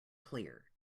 clear